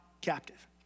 captive